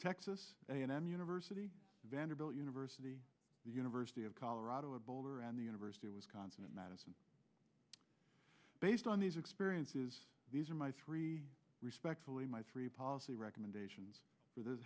texas a and m university vanderbilt university the university of colorado at boulder and the university of wisconsin madison based on these experiences these are my three respectfully my three policy recommendations